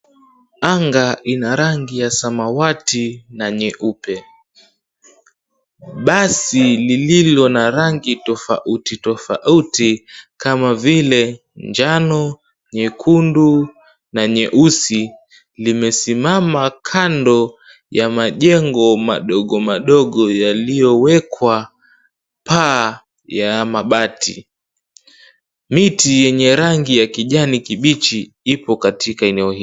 Anga lina rangi ya samawati na nyeupe. Basi lilio na rangi tofauti-tofauti kama vile njano, nyekundu na nyeusi lime simama kando ya majengo madogo-madogo yaliyo wekwa paa ya mabati. Miti yenye rangi ya kijani kibichi ipo katika eneo hilo.